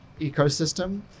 ecosystem